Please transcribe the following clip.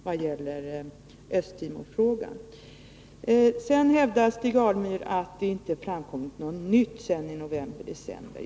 Stig Alemyr hävdar att det inte framkommit något nytt sedan novemberdecember.